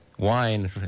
wine